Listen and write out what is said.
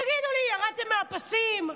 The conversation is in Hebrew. תגידו לי, ירדתם מהפסים?